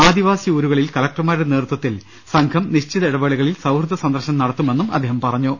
ആദിവാസി ഊരുകളിൽ കലക്ടർമാരുടെ നേതൃത്വത്തിൽ സംഘം നിശ്ചിത ഇടവേളക ളിൽ സൌഹൃദ സന്ദർശനം നടത്തുമെന്നും അദ്ദേഹം പറഞ്ഞു